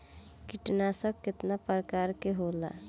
कीटनाशक केतना प्रकार के होला?